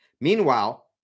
Meanwhile